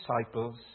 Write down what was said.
disciples